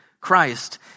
Christ